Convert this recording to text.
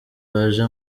baje